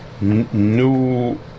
new